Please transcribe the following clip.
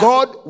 God